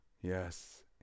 Yes